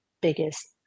biggest